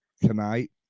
tonight